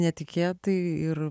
netikėtai ir